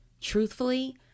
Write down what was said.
Truthfully